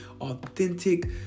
authentic